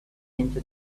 into